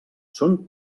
són